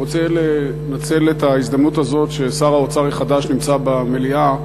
אני רוצה לנצל את ההזדמנות הזאת ששר האוצר החדש נמצא במליאה,